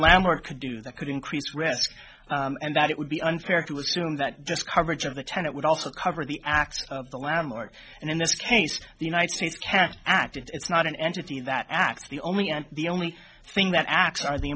lambert could do that could increase risk and that it would be unfair to assume that just coverage of the ten it would also cover the acts of the landlord and in this case the united states can't act it's not an entity that acts the only and the only thing that acts are the